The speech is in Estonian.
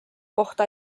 kohta